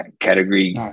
category